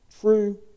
true